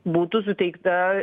būtų suteikta